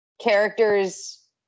characters